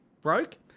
broke